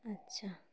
আচ্ছা